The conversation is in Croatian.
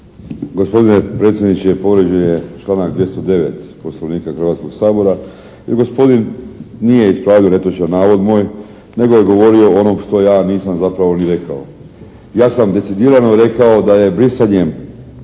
Gospodine predsjedniče, povrijeđen je članak 209. Poslovnika Hrvatskog sabora, jer gospodin nije ispravio netočan navod moj nego je govorio o onom što ja nisam zapravo ni rekao. Ja sam decidirano rekao da je brisanjem